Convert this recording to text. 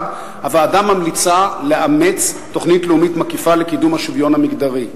הוועדה ממליצה לאמץ תוכנית לאומית מקיפה לקידום השוויון המגדרי,